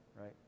right